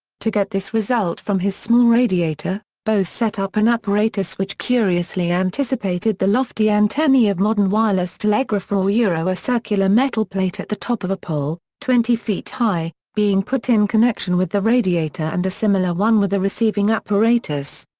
to get this result from his small radiator, bose set up an apparatus which curiously anticipated the lofty antennae of modern wireless telegraphy a yeah circular metal plate at the top of a pole, twenty feet high, being put in connection with the radiator and a similar one with the receiving apparatus.